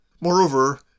Moreover